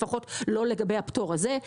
לפחות לא לגבי הפטור הזה.